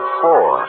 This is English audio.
four